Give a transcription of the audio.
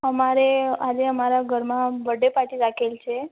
અમારે આજે અમારા ઘરમાં બડે પાર્ટી રાખેલી છે